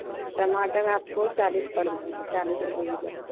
ٹماٹر آپ کو چالیس پڑ جائیں گے چالیس روپیے کلو